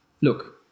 Look